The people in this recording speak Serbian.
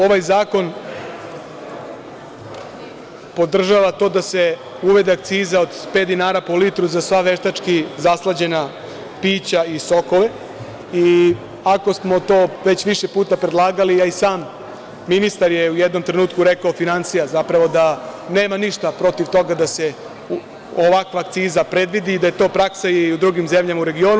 Ovaj zakon podržava to da se uvede akciza od pet dinara po litru za sva veštački zaslađena pića i sokove, i ako smo to već više puta predlagali, a i sam ministar finansija je u jednom trenutku rekao nema ništa protiv toga da se ovakva akciza predvidi i da je to praksa u drugim zemljama u regionu.